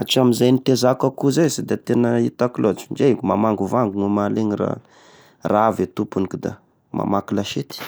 atramizay nitezako akoho izay sy de tena itako lôtry ndre mamangovango mamaly igny raha, raha avy e tompony, ko da mamaky lasety.